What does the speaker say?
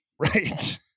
Right